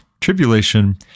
Tribulation